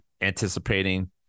anticipating